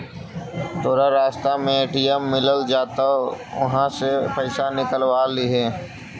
तोरा रास्ता में ए.टी.एम मिलऽ जतउ त उहाँ से पइसा निकलव लिहे